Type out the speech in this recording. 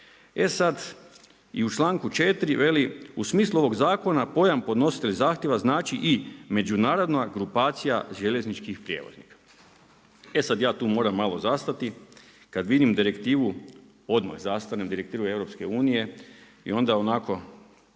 E sad i u čl.4. veli: „U smislu ovog zakona, pojam podnositelj zahtjeva znači i međunarodna grupacija željezničkih prijevoznika.“ E sad ja tu moram malo zastati, kad vidim direktivnu, odmah zastanem, direktivu EU, i onda onako